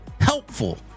HELPFUL